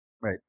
right